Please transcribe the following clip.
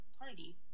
party